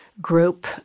Group